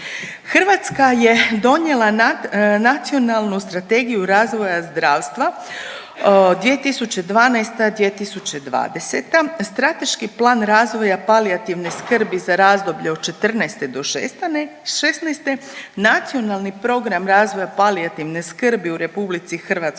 Hrvatska je donijela Nacionalnu strategiju razvoja zdravstva 2012.-2020., Strateški plan razvoja palijativne skrbi za razdoblje od '14. do '16., Nacionalni program razvoja palijativne skrbi u RH od